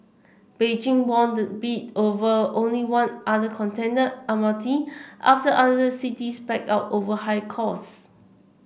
Beijing won the bid over only one other contender Almaty after other cities backed out over high costs